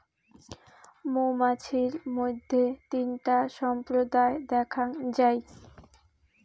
মৌমাছির মইধ্যে তিনটা সম্প্রদায় দ্যাখাঙ যাই